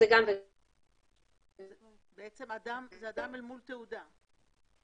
זה בעצם אדם אל מול תעודה.